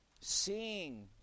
Seeing